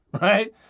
right